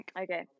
okay